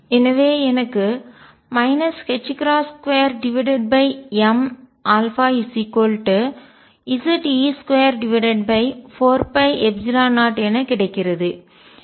எனவே எனக்கு 22mαZe24π0 என கிடைக்கிறது